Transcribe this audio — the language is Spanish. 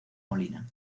molina